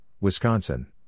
Wisconsin